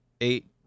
eight